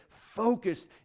focused